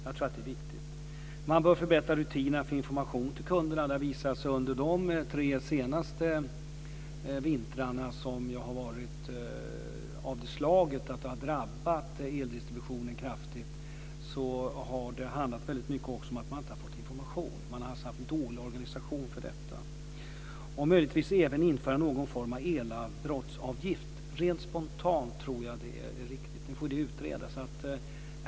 Jag tror att det är viktigt. Man bör förbättra rutinerna när det gäller information till kunderna. Det har visat sig att under de tre senaste vintrarna, som ju har varit av det slaget att eldistributionen har drabbats kraftigt, har det också handlat väldigt mycket om att folk inte har fått information. Man har haft en dålig organisation för detta. Man får möjligtvis införa någon form av elavbrottsavgift. Rent spontant tror jag att det är riktigt. Det får utredas.